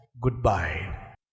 Goodbye